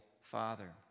Father